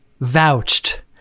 vouched